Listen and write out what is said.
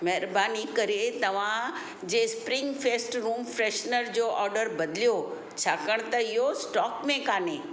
महिरबानी करे तव्हां जे स्प्रिंग फ़ेस्ट रूम फ्रेशनर जो ऑडर बदिलियो छाकाणि त इहो स्टॉक में कान्हे